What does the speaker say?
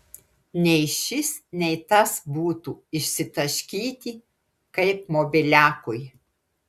nei šis nei tas būtų išsitaškyti kaip mobiliakui